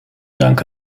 dank